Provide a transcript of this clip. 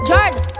Jordan